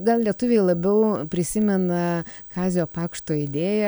gal lietuviai labiau prisimena kazio pakšto idėją